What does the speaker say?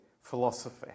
philosophy